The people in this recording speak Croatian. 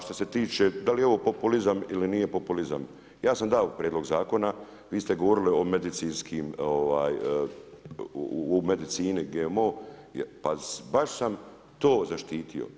Što se tiče, da li je ovo populizam ili nije populizam, ja sam dao prijedlog zakona, vi ste govorili o medicinskim, u medicini GMO, pa baš sam to zaštitio.